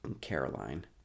Caroline